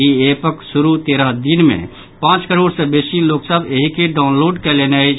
ई ऐपक शुरू तेरह दिन मे पांच करोड़ से बेसी लोक सभ एहि के डाउनलोड कयलनि अछि